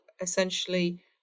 essentially